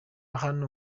hano